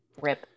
rip